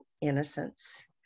Innocence